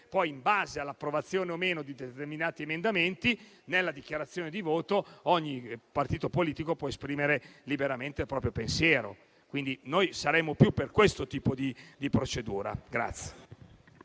poi, in base all'approvazione o meno di determinati emendamenti, nella dichiarazione di voto ogni partito politico potrà esprimere liberamente il proprio pensiero. Noi saremmo più per questo tipo di procedura.